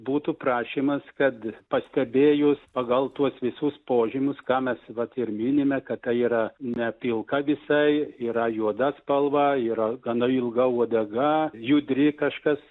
būtų prašymas kad pastebėjus pagal tuos visus požymius ką mes vat ir minime kad tai yra ne pilka visai yra juoda spalva yra gana ilga uodega judri kažkas